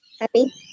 Happy